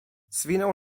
zwinął